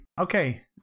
Okay